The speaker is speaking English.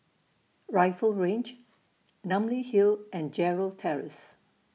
Rifle Range Namly Hill and Gerald Terrace